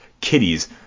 Kitties